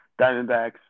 Diamondbacks